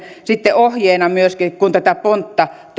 ohjeena kun tätä pontta toteutetaan hallituksen toimesta